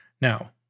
Now